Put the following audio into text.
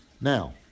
now